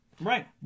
Right